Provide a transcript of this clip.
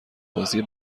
بازی